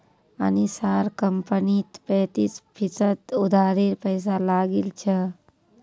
अनीशार कंपनीत पैंतीस फीसद उधारेर पैसा लागिल छ